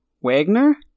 Wagner